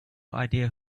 idea